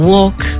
Walk